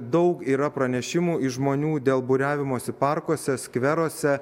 daug yra pranešimų iš žmonių dėl būriavimosi parkuose skveruose